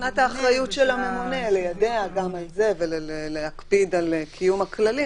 מבחינת האחריות של הממונה ליידע גם על זה ולהקפיד על קיום הכללים,